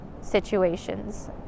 situations